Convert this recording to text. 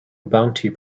bounty